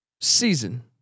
season